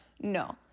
No